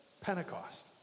Pentecost